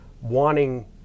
wanting